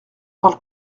parle